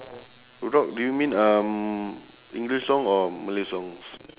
rock do you mean um english song or malay songs